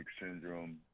syndrome